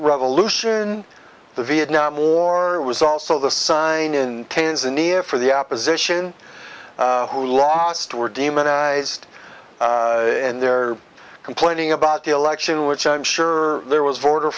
revolution the vietnam war it was also the sign in tanzania for the opposition who lost were demonized in there complaining about the election which i'm sure there was voter